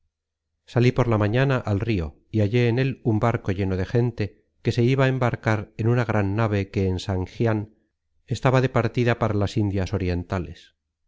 salí por la mañana al rio y hallé en él un barco lleno de gente que se iba á embarcar en una gran nave que en sangian estaba de partida para las indias orientales